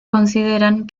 consideran